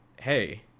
hey